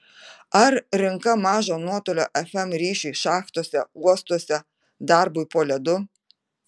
ar rinka mažo nuotolio fm ryšiui šachtose uostuose darbui po ledu